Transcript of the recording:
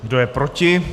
Kdo je proti?